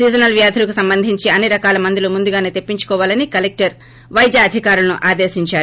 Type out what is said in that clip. seasonal వ్యాధులకు సంబంధించి అన్ని రకాల మందులు ముందుగానే తెప్పించుకోవాలని కలెక్టర్ పైద్య అధికారులను ఆదేశించారు